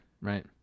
right